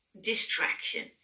distraction